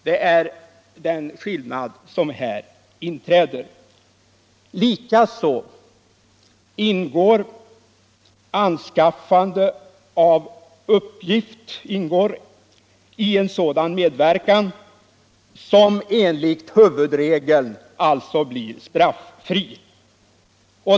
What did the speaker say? Det är den skillnad som här inträder. Likaså ingår anskaffande av uppgift i sådan medverkan som enligt huvudregeln blir straffri.